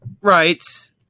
Right